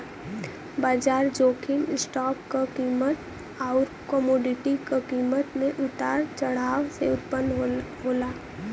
बाजार जोखिम स्टॉक क कीमत आउर कमोडिटी क कीमत में उतार चढ़ाव से उत्पन्न होला